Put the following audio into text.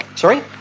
Sorry